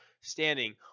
standing